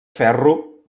ferro